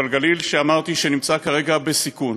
אבל גליל שאמרתי שנמצא כרגע בסיכון,